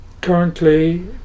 currently